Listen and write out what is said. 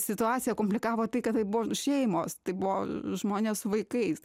situaciją komplikavo tai kad tai buvo šeimos tai buvo žmonės su vaikais